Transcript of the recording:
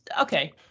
okay